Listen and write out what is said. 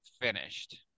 finished